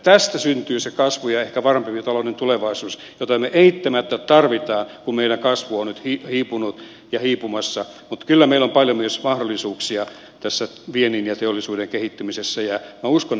tästä syntyy se kasvu ja ehkä varmempi talouden tulevaisuus jota me eittämättä tarvitsemme kun meidän kasvumme on nyt hiipunut ja hiipumassa mutta kyllä meillä on paljon myös mahdollisuuksia tässä viennin ja teollisuuden kehittymisessä ja minä uskon näihin mahdollisuuksiin